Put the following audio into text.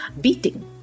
beating